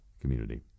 community